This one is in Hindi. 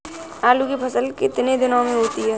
आलू की फसल कितने दिनों में होती है?